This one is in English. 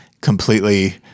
completely